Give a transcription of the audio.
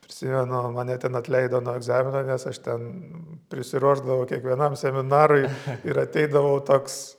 prisimenu mane ten atleido nuo egzamino nes aš ten prisiruošdavau kiekvienam seminarui ir ateidavau toks